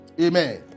Amen